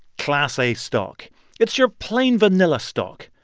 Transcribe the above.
class a stock it's your plain vanilla stock.